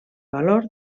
valor